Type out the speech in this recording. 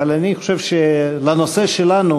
אבל אני חושב שלנושא שלנו